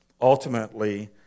Ultimately